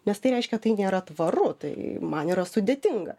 nes tai reiškia tai nėra tvaru tai man yra sudėtinga